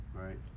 right